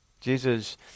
Jesus